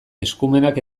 eskumenak